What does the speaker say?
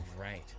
Right